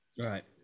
Right